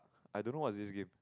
I don't know what is this game